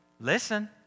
listen